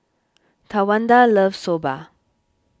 Tawanda loves Soba